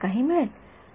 विद्यार्थीः